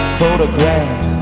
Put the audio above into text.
photograph